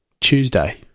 Tuesday